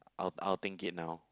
I I will think it now